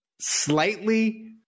slightly